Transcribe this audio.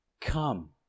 come